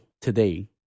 today